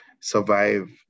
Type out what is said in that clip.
survive